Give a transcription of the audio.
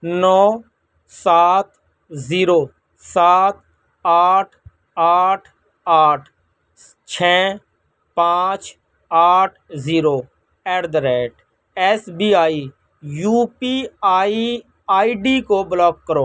نو سات زیرو سات آٹھ آٹھ آٹھ چھ پانچ آٹھ zero at the rate S B I U P I I D کو بلاک کرو